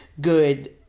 good